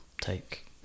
take